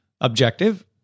objective